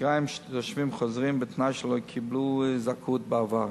תושבים חוזרים, בתנאי שלא קיבלו זכאות בעבר,